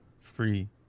Free